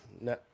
no